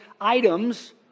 items